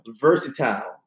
versatile